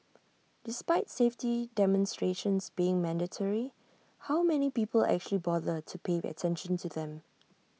despite safety demonstrations being mandatory how many people actually bother to pay attention to them